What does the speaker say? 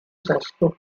sesto